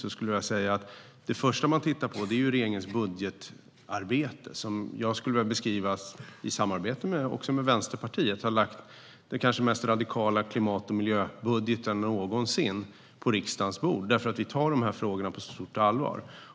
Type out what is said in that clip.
Jag skulle vilja säga att det första man tittar på är regeringens budgetarbete. Jag skulle vilja beskriva det som att regeringen, i samarbete med Vänsterpartiet, har lagt den mest radikala klimat och miljöbudgeten någonsin på riksdagens bord. Vi tar dessa frågor på stort allvar.